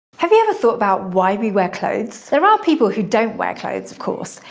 have you ever thought about why we wear clothes? there are people who don't wear clothes, of course.